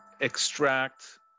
extract